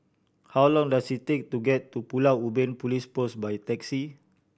how long does it take to get to Pulau Ubin Police Post by taxi